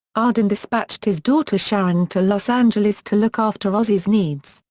arden dispatched his daughter sharon to los angeles to look after ozzy's needs,